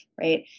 right